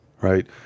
right